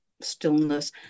stillness